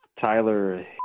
Tyler